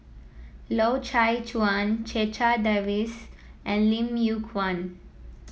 Loy Chye Chuan Checha Davies and Lim Yew Kuan